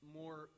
more